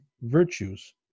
virtues